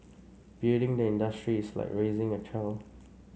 building the industry is like raising a child